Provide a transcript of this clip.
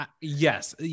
yes